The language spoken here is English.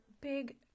big